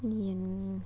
ꯌꯦꯟ